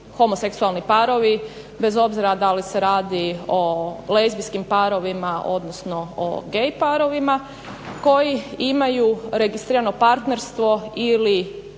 homoseksualni parovi bez obzira da li se radi o lezbijskim parovima odnosno o gay parovima koji imaju registrirano partnerstvo ili